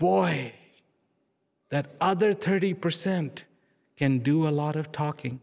boy that other thirty percent can do a lot of talking